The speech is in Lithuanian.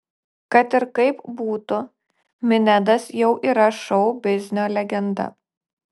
kad ir kaip būtų minedas jau yra šou biznio legenda